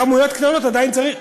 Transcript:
כמויות קטנות, עדיין צריך.